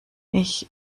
ich